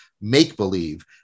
make-believe